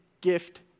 gift